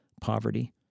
poverty